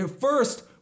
First